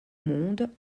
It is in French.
monde